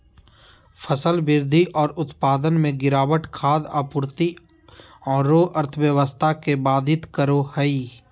फसल वृद्धि और उत्पादन में गिरावट खाद्य आपूर्ति औरो अर्थव्यवस्था के बाधित करो हइ